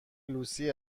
لوسی